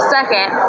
Second